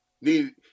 Need